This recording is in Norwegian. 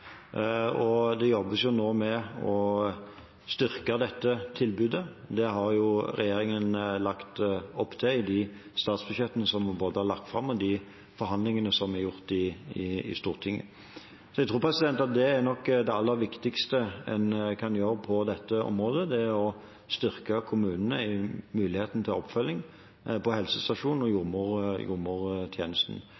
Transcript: og det jobbes nå med å styrke dette tilbudet. Det har regjeringen lagt opp til i de statsbudsjettene som vi har lagt fram, og de forhandlingene som har vært i Stortinget. Jeg tror nok at det aller viktigste en kan gjøre på dette området, er å styrke kommunenes mulighet til oppfølging i helsestasjons- og